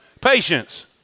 patience